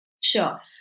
Sure